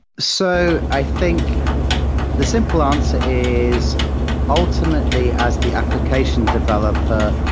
so i think the simple answer is ultimately as the application developer,